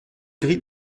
gris